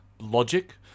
logic